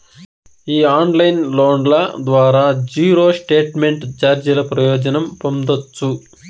ఈ ఆన్లైన్ లోన్ల ద్వారా జీరో స్టేట్మెంట్ చార్జీల ప్రయోజనం పొందచ్చు